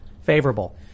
favorable